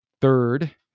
third